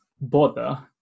bother